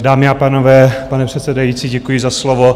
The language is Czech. Dámy a pánové, pane předsedající, děkuji za slovo.